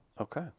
Okay